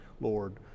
Lord